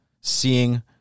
seeing